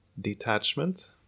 detachment